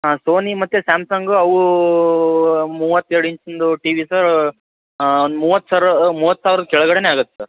ಹಾಂ ಸೋನಿ ಮತ್ತು ಸ್ಯಾಮ್ಸಂಗ ಅವು ಮೂವತ್ತೆರಡು ಇಂಚಿಂದು ಟಿ ವಿ ಸರ್ ಒಂದು ಮೂವತ್ತು ಸಾವಿರ ಮೂವತ್ತು ಸಾವಿರದ ಕೆಳಗಡೆಯೇ ಆಗುತ್ತೆ ಸರ್